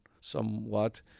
somewhat